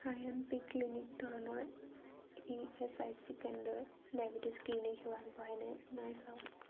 আই M P clinic ধৰণৰ E S I C কেন্দ্ৰই diabetes clinic সেৱা আগবঢ়ায়নে নাই চাওক